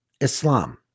Islam